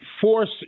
force